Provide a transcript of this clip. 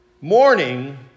Morning